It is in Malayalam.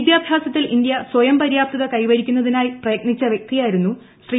വിദ്യാഭ്യാസത്തിൽ ഇന്ത്യ സ്വയം പര്യാപ്തത കൈവരിക്കുന്നതിനായി പ്രയത്നിച്ച വൃക്തിയായിരുന്നു ശ്രീ